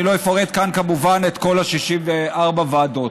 אני לא אפרט כאן כמובן את כל 64 הוועדות.